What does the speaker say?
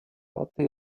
hatte